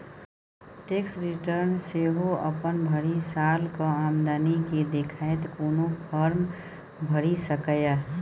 tax return सेहो अपन भरि सालक आमदनी केँ देखैत कोनो फर्म भरि सकैए